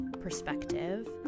perspective